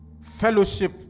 Fellowship